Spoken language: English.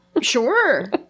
Sure